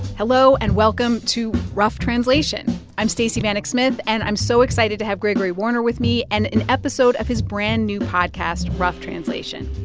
hello, and welcome to rough translation. i'm stacey vanek smith, and i'm so excited to have gregory warner with me and an episode of his brand-new podcast, rough translation.